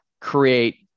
create